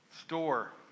store